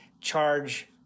charge